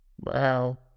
Wow